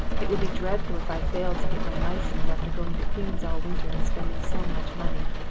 it would be dreadful if i failed to get my license after going to queen's all winter and spending so much money.